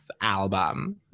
album